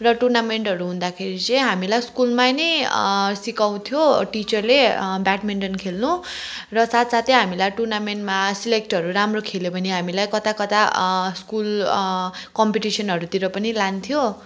र टुर्नामेन्टहरू हुँदाखेरि चाहिँ हामीलाई स्कुलमा नै सिकाउँथ्यो टिचरले ब्याडमिन्टन खेल्नु र साथसाथै हामीलाई टुर्नामेन्टमा सेलेक्टहरू राम्रो खेल्यो भने हामीलाई कता कता स्कुल कम्पिटिसनहरूतिर पनि लान्थ्यो